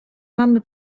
mamy